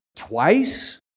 Twice